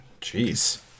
Jeez